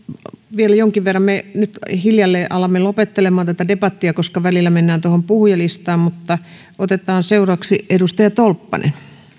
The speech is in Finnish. vielä jonkin verran puheenvuoropyyntöjä me nyt hiljalleen alamme lopettelemaan tätä debattia koska välillä mennään tuohon puhujalistaan mutta otetaan seuraavaksi edustaja tolppanen